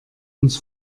uns